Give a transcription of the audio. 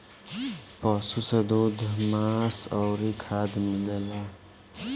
पशु से दूध, मांस अउरी खाद मिलेला